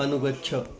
अनुगच्छ